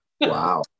Wow